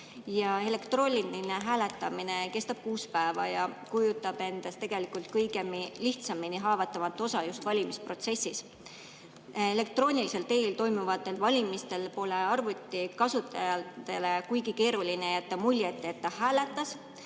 Elektrooniline hääletamine kestab kuus päeva ja kujutab endast tegelikult kõige lihtsamini haavatavat osa valimisprotsessis. Elektroonilisel teel toimuvatel valimistel pole arvutikasutajale kuigi keeruline jätta muljet, et ta hääletas,